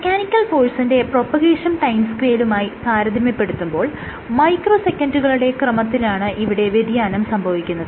mechanical ഫോഴ്സിന്റെ propagation time സ്കെയിലുമായി താരതമ്യപ്പെടുത്തുമ്പോൾ മൈക്രോസെക്കന്റുകളുടെ ക്രമത്തിലാണ് ഇവിടെ വ്യതിയാനം സംഭവിക്കുന്നത്